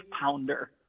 pounder